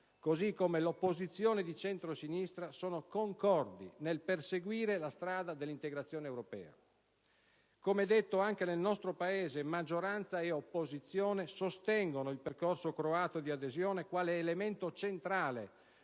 così come l'opposizione di centrosinistra, sono concordi nel perseguire la strada dell'integrazione europea. Come detto, anche nel nostro Paese maggioranza e opposizione sostengono il percorso croato di adesione quale elemento centrale